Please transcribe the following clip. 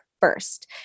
first